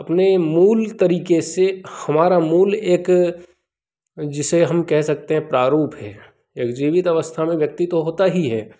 अपने मूल तरीक़े से हमारा मूल एक जिसे हम कह सकते हैं प्रारूप है एक जीवित अवस्था में व्यक्ति तो होता ही है